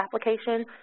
application